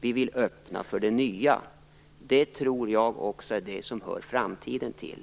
Vi vill öppna för det nya. Det tror jag också är det som hör framtiden till.